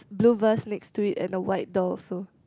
blue vase next to it and a white door also